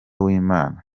w’imana